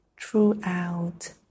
throughout